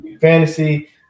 fantasy